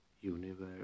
universe